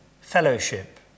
fellowship